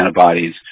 antibodies